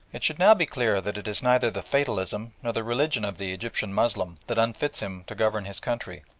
it should now be clear that it is neither the fatalism nor the religion of the egyptian moslem that unfits him to govern his country.